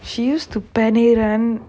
she used to